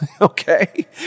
okay